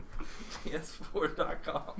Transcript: ps4.com